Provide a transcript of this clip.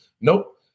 Nope